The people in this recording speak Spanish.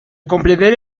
comprender